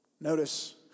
Notice